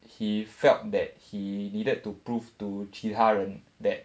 he felt that he needed to prove to 其他人 that